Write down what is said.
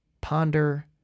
ponder